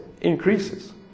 increases